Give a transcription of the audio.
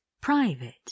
private